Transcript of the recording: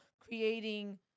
creating